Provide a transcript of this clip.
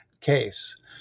case